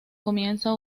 comienza